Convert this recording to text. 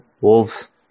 Wolves